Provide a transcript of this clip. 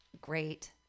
great